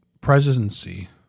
presidency